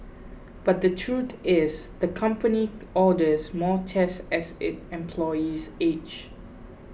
but the truth is the company orders more tests as its employees age